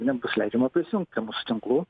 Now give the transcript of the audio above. nebus leidžiama prisijungt prie mūsų tinklų